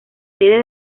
sede